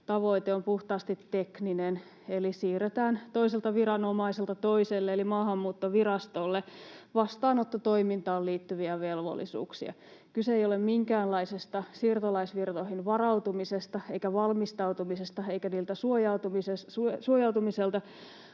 tavoite on puhtaasti tekninen. Eli siirretään toiselta viranomaiselta toiselle eli Maahanmuuttovirastolle vastaanottotoimintaan liittyviä velvollisuuksia. Kyse ei ole minkäänlaisesta siirtolaisvirtoihin varautumisesta eikä valmistautumisesta eikä niiltä suojautumisesta,